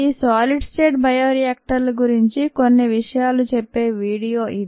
ఈసాలిడ్ state బయో రియాక్టర్ల గురించి కొన్ని విషయాలు చెప్పే వీడియో ఇది